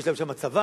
יש להם שם צבא,